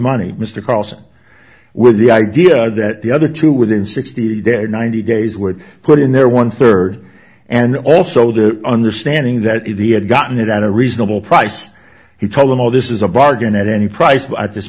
money mr carlson with the idea that the other two within sixty days ninety days would put in their one third and also the understanding that if he had gotten it at a reasonable price he told them all this is a bargain at any price